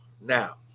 now